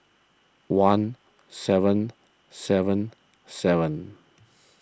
one seven seven seven